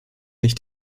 nicht